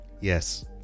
Yes